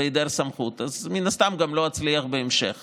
בהיעדר סמכות, מן הסתם גם לא אצליח בהמשך.